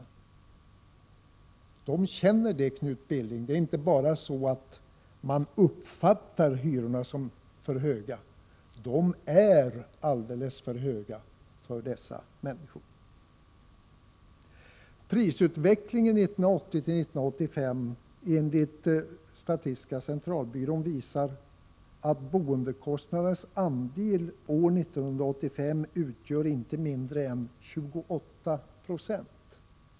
Människorna känner verkligen det — det är inte så att de bara uppfattar hyrorna som för höga, hyrorna är alldeles för höga för dessa människor. Prisutvecklingen 1980-1985 visar, enligt SCB, att boendekostnadernas andel år 1985 utgör inte mindre än 28 26.